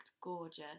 gorgeous